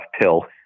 pill